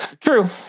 True